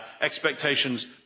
expectations